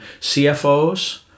CFOs